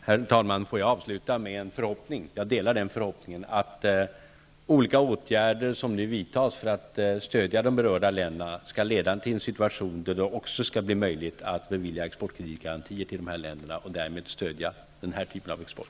Herr talman! Jag vill avsluta med att säga att jag delar förhoppningen att de åtgärder som nu vidtas för att stödja de berörda länderna skall leda till en situation, där det också blir möjligt att bevilja exportkreditgarantier beträffande dessa länder och därmed stödja denna typ av export.